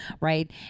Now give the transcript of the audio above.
right